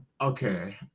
okay